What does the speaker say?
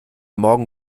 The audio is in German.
morgen